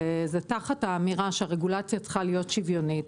וזה תחת האמירה שהרגולציה צריכה להיות שוויונית,